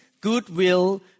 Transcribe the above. goodwill